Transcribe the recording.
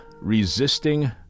Resisting